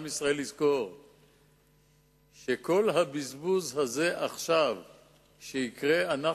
ישראל לזכור שכל הבזבוז הזה שיקרה עכשיו,